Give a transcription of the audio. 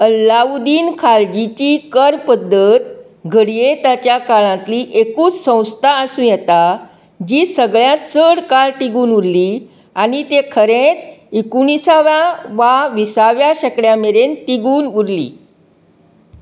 अलाउद्दीन खाळजीची कर पद्दत घडये ताच्या काळांतली एकूच संस्था आसूं येता जी सगळ्यांत चड काळ तिगून उरली आनी ती खरेंच एकुणीसाव्या वा विसाव्या शेकड्या मेरेन तिगून उरली